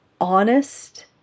honest